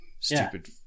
Stupid